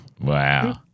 Wow